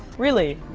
really?